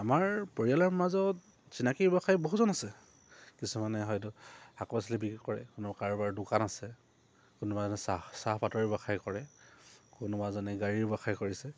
আমাৰ পৰিয়ালৰ মাজত চিনাকি ব্যৱসায় বহুজন আছে কিছুমানে হয়তো শাক পাচলি বিক্ৰী কৰে কোনোৱাই কাৰোবাৰ দোকান আছে কোনোবা এজনে চাহ চাহপাতৰে ব্যৱসায় কৰে কোনোবা এজনে গাড়ীৰ ব্যৱসায় কৰিছে